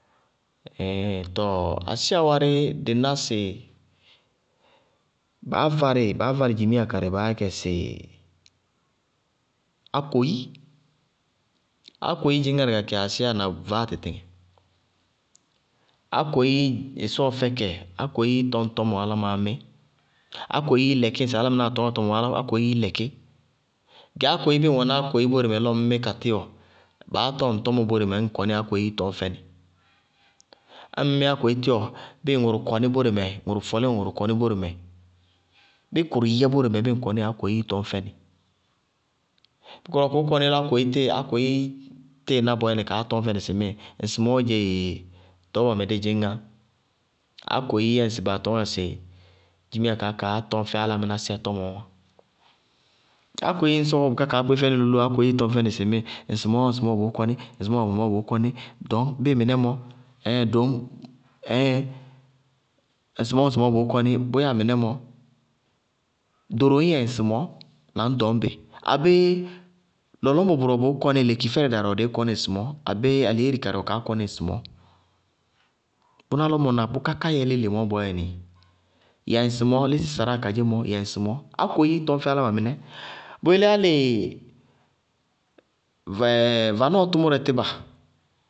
tɔɔɔ asíya wárí dɩíná sɩ baá várɩ, baá várɩ dzimiya karɩ baá yá kɛ sɩ ákoyí. ákoyí dzɩñ ŋarɩ ka kɩ asíya na vaáa tɩtɩŋɛ, ákoyí ɩsɔɔ fɛ kɛ, ákoyí tɔñ tɔmɔ alamimí, ákoyíi lɛkí ŋsɩ álámɩnáá tɔñŋá tɔmɔ mɔɔ, ákoyíi lɛkí, ákoyí bíɩ ŋ wɛná ákoyí bóre mɛ lɔ ŋñmí ka tíwɔ, baá tɔñ ŋ tɔmɔ bóre mɛ ñŋ kɔnɩí ákoyíi tɔñ fɛnɩ, ñŋ mí ákoyí tíwɔ, ñŋ ŋʋrʋ fɔlíŋɔ kɔní bóre mɛ, ñŋ ŋ kɔníɩ ákoyíi tɔñ fɛnɩ, ñŋ kʋrʋ wɛ kʋʋ kɔní bómɛ lɔ ákoyí náa kaá tíɩ tɔñ fɛnɩ sɩ ŋsɩmɔɔ dzééé, ɖɔɔbɔ mɛ dí dzɩñŋá, ákoyí yɛ ŋsɩ baa tɔñŋá sɩ dzimiya kaá kaá tɔñ fɛ álámɩná sɛ tɔmɔɔ wá. Ákoyí ŋñ sɔkɔ kaá kaá kpé fɛnɩ lólóo kaá tɔñ fɛnɩ sɩ ŋsɩmɔɔ-ŋsɩmɔɔ wɛ bʋʋ kɔnɩ, ŋsɩmɔɔ ŋsɩmɔɔ wɛ bʋʋ kɔnɩ. Ɖɔñk dɩí mɩnɛ mɔ ɛɛɛŋ doñ ɛɛɛŋ ŋsɩmɔɔ ŋsɩmɔɔ wɛ bʋʋ kɔnɩ, bʋyáa mɩnɛ mɔ, ɖoro ñyɛ ŋsɩmɔɔ, na ñɖɔñ bɩ. Abéé lɔlɔñbɔ bʋrʋ wɛ bʋʋ kɔnɩ, lekifɛrɛ darɩ wɛ dɩí kɔní ŋsɩmɔɔ, abéé alihééri karɩí wɛ kaá kɔnɩ ŋsɩmɔɔ. Bʋná lɔ mʋ na bʋká ká yɛ léle bɔʋyɛ nɩ, yɛ ŋsɩmɔɔ, lísí saráa kadzémɔ, yɛ ŋsɩmɔɔ, ákoyí tɔñ fɛ áláma mɩnɛ. Bʋyelé álɩ vɛɛɛ vanɔɔ tʋmʋrɛ tíba.